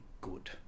good